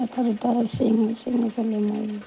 এটা দুটাকৈ চিঙো চিঙি পেলাই মই